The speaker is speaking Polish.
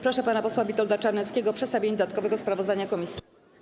Proszę pana posła Witolda Czarneckiego o przedstawienie dodatkowego sprawozdania komisji.